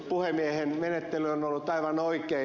puhemiehen menettely on ollut aivan oikein